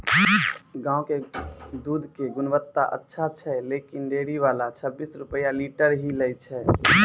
गांव के दूध के गुणवत्ता अच्छा छै लेकिन डेयरी वाला छब्बीस रुपिया लीटर ही लेय छै?